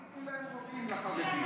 אל תיתנו להם רובים, אחמד,